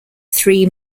three